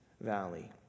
valley